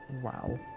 Wow